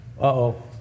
Uh-oh